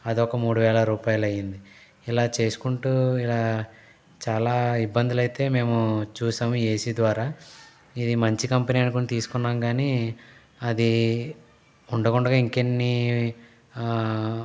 అదొక మూడు వేల రూపాయలు అయింది ఇలా చేసుకుంటూ ఇలా చాలా ఇబ్బందులు అయితే మేము చూసాం ఈ ఏసీ ద్వారా ఇది మంచి కంపెనీ అని తీసుకున్నాం కానీ అది ఉండకుండా ఇంకెన్ని